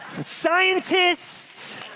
scientists